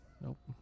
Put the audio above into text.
Nope